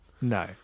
No